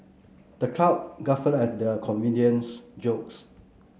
the crowd guffawed at the comedian's jokes